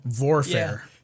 warfare